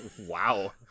wow